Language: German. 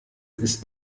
ist